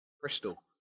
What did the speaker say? Bristol